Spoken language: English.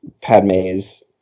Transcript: Padme's